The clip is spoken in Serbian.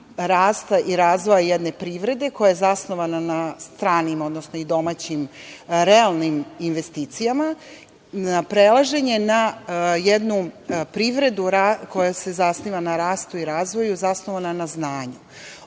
rasta i razvoja jedne privrede koja je zasnovana na stranim i domaćim realnim investicijama, prelaženje na jednu privredu koja se zasniva na rastu i razvoju, zasnovana na znanju.